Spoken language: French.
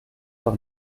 par